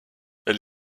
elle